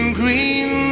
green